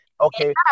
Okay